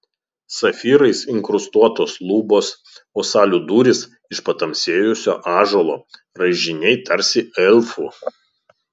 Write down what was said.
safyrais inkrustuotos lubos o salių durys iš patamsėjusio ąžuolo raižiniai tarsi elfų